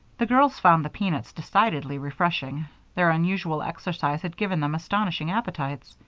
the girls found the peanuts decidedly refreshing their unusual exercise had given them astonishing appetites.